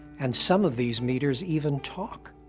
and some of these meters even talk.